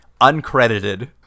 Uncredited